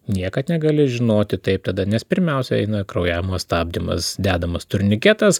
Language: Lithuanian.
niekad negali žinoti taip tada nes pirmiausia eina kraujavimo stabdymas dedamas turniketas